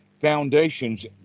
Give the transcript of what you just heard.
foundations